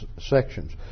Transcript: sections